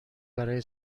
برای